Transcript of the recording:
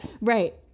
right